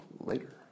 later